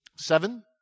Seven